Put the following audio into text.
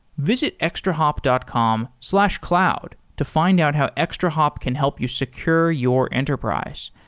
visit extrahop dot com slash cloud to find out how extrahop can help you secure your enterprise.